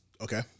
Okay